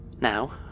Now